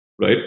right